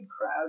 crowd